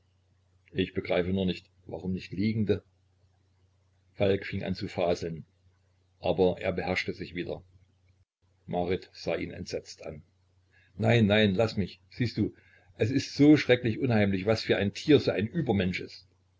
ich begreife nur nicht warum nicht liegende falk fing an zu faseln aber er beherrschte sich wieder marit sah ihn entsetzt an nein nein laß mich siehst du es ist so schrecklich unheimlich was für ein tier so ein übermensch ist